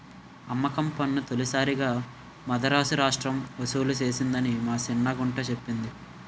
అమ్మకం పన్ను తొలిసారిగా మదరాసు రాష్ట్రం ఒసూలు సేసిందని మా సిన్న గుంట సెప్పింది